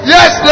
Yes